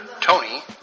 Tony